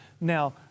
Now